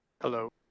hello